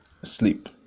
sleep